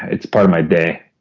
it's part of my day.